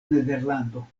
nederlando